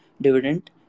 dividend